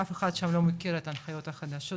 אף אחד שם לא מכיר את ההנחיות החדשות,